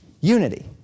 unity